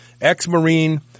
ex-Marine